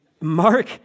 Mark